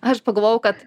aš pagalvojau kad